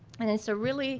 and it's a really